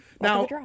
now